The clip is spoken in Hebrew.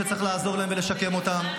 שצריך לעזור להם ולשקם אותם.